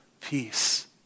Peace